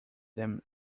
them